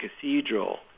cathedral